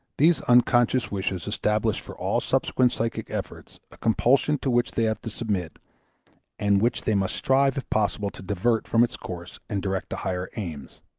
these unconscious wishes establish for all subsequent psychic efforts a compulsion to which they have to submit and which they must strive if possible to divert from its course and direct to higher aims.